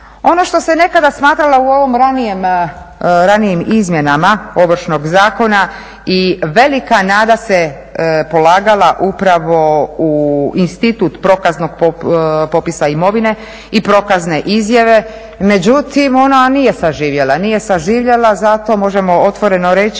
Ono što se nekada smatralo u ovim ranijim izmjenama Ovršnog zakona i velika nada se polagala upravo u institut prokaznog popisa imovine i prokazne izjave međutim ona nije saživjela. Nije saživjela zato možemo otvoreno reći